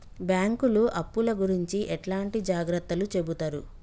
బ్యాంకులు అప్పుల గురించి ఎట్లాంటి జాగ్రత్తలు చెబుతరు?